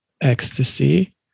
Ecstasy